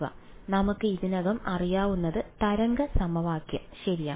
അതിനാൽ നമുക്ക് ഇതിനകം അറിയാവുന്നത് തരംഗ സമവാക്യം ശരിയാണ്